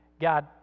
God